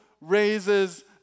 raises